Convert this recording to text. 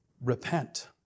repent